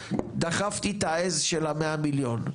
דחפתי את העז של המאה מיליון,